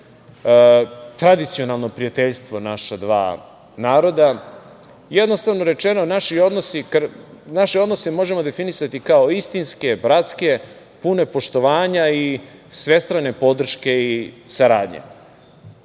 tradicionalno prijateljstvo naša dva naroda. Jednostavno rečeno, naše odnose možemo definisati kao istinske, bratske, pune poštovanja i svestrane podrške i saradnje. Takođe,